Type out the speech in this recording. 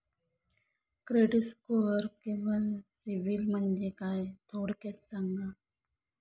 Credit score किंवा सिबिल म्हणजे काय? थोडक्यात सांगा